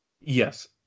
Yes